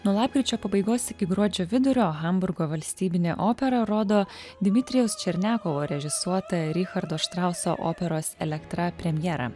nuo lapkričio pabaigos iki gruodžio vidurio hamburgo valstybinė opera rodo dmitrijaus černiachovo režisuotą richardo štrauso operos elektra premjerą